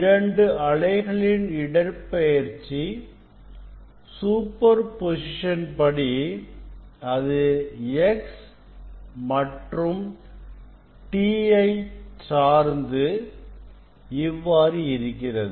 இரண்டு அலைகளின் இடப்பெயர்ச்சி சூப்பர் பொசிசன் படி அது x மற்றும் t ஐ சார்ந்து இவ்வாறு இருக்கிறது